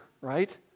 right